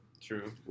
True